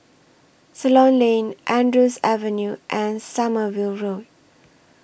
Ceylon Lane Andrews Avenue and Sommerville Road